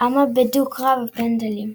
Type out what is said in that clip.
עמה בדו-קרב פנדלים.